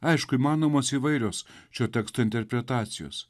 aišku įmanomos įvairios šio teksto interpretacijos